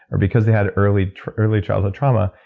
or because they had early early childhood trauma,